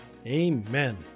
Amen